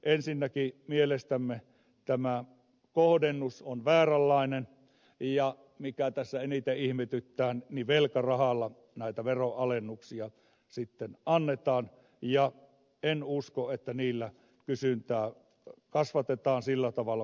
ensinnäkin mielestämme tämä kohdennus on vääränlainen ja mikä tässä eniten ihmetyttää on että velkarahalla näitä veronalennuksia sitten annetaan ja en usko että niillä kysyntää kasvatetaan sillä tavalla kuin on odotettu